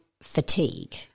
fatigue